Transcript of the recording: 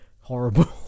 horrible